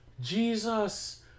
Jesus